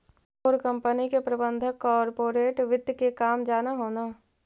तोर कंपनी के प्रबंधक कॉर्पोरेट वित्त के काम जान हो न